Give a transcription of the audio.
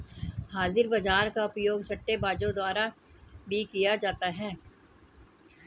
हाजिर बाजार का उपयोग सट्टेबाजों द्वारा भी किया जाता है